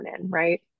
right